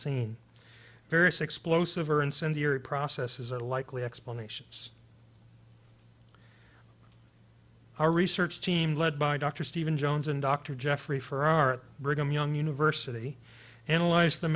seen various explosive or incendiary processes are likely explanations our research team led by dr stephen jones and dr jeffrey for our brigham young university analyzed the